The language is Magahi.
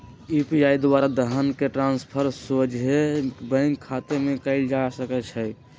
यू.पी.आई द्वारा धन के ट्रांसफर सोझे बैंक खतामें कयल जा सकइ छै